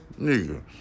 nigga